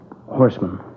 Horsemen